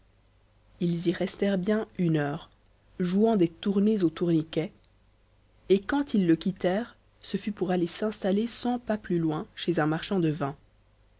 ils y restèrent bien une heure jouant des tournées au tourniquet et quand ils le quittèrent ce fut pour aller s'installer cent pas plus loin chez un marchand de vins